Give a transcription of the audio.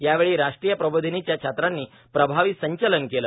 यावेळी राष्ट्रीय प्रबोधिनीच्या छात्रांनी प्रभावी संचलन केलं